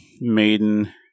Maiden